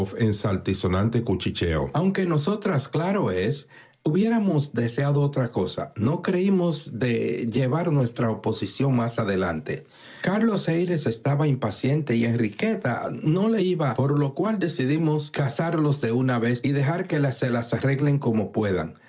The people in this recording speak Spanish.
sonante cuchicheo aunque nosotras claro es hubiéramos deseado otra cosa no creímos d llevar nuestra oposición más adelante carlos h ter estaba impaciente y enriqueta no le iba e zaga por lo cual decidimos casarlos de una ve y dejar que se las arreglen como puedan